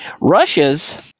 Russia's